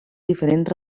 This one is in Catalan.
diferents